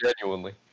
genuinely